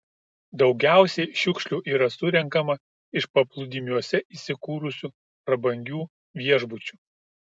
daugiausiai šiukšlių yra surenkama iš paplūdimiuose įsikūrusių prabangių viešbučių